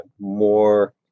more